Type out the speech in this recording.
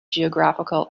geographical